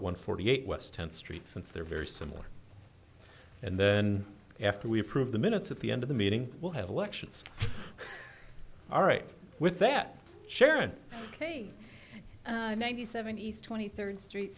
one forty eight west tenth street since there are very similar and after we approve the minutes at the end of the meeting we'll have elections all right with that sharon ninety seven east twenty third street